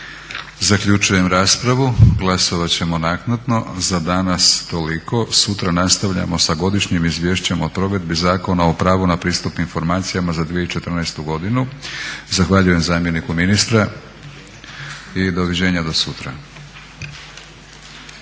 Zaključujem raspravu. Glasovat ćemo naknadno. Za danas toliko. Sutra nastavljamo sa Godišnjim izvješćem o provedbi Zakona o pravu na pristup informacijama za 2014. godinu. Zahvaljujem zamjeniku ministra i doviđenja do sutra.